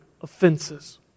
offenses